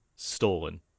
Stolen